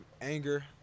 Anger